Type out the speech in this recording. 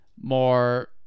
more